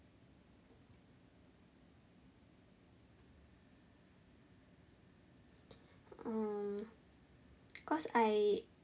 um cause I